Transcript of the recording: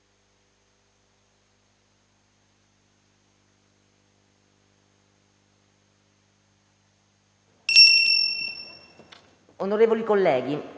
onorevoli colleghi,